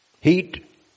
Heat